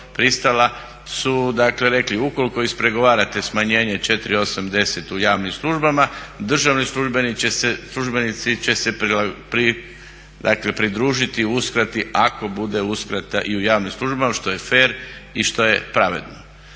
rekli ukoliko ispregovarate smanjenje 4,80 u javnim službama državni službenici će se pridružiti uskrati ako bude uskrata i u javnim službama što je fer i što je pravedno.